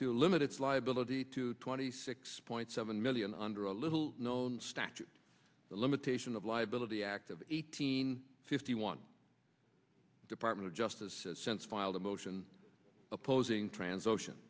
to limit its liability to twenty six point seven million under a little known statute the limitation of liability act of eighteen fifty one department of justice a sense filed a motion opposing trans ocean